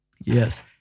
yes